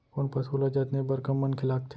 कोन पसु ल जतने बर कम मनखे लागथे?